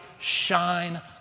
shine